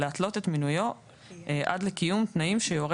להתלות את מינויו עד לקיום תנאים שיורה